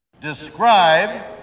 Describe